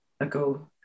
ago